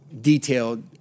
detailed